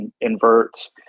inverts